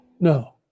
No